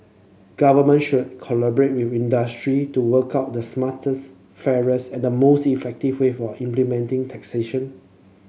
governments should collaborate with industry to work out the smartest fairest and most effective way of implementing taxation